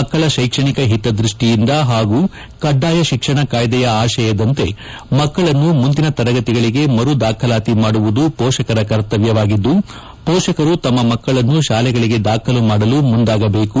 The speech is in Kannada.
ಮಕ್ಕಳ ಶೈರ್ವಣಿಕ ಹಿತದ್ಬಷ್ಟಿಯಿಂದ ಹಾಗೂ ಕಡ್ಡಾಯ ಶಿಕ್ಷಣ ಕಾಯ್ದೆಯ ಆಶಯದಂತೆ ಮಕ್ಕಳನ್ನು ಮುಂದಿನ ತರಗತಿಗಳಿಗೆ ಮರು ದಾಖಲಾತಿ ಮಾಡುವುದು ಪೋಷಕರ ಕರ್ತವ್ಯವಾಗಿದ್ದು ಪೋಷಕರು ತಮ್ಮ ಮಕ್ಕಳನ್ನು ಶಾಲೆಗಳಿಗೆ ದಾಖಲು ಮಾಡಲು ಮುಂದಾಗಬೇಕು